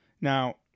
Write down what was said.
Now